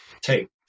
take